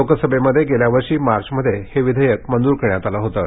लोकसभेमध्ये गेल्या वर्षी मार्चमध्ये हे विधेयक मंजूर करण्यात आलं होतं